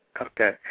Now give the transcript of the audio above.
Okay